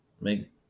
make